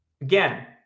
Again